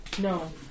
No